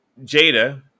Jada